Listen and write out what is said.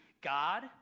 God